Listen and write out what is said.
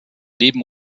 leben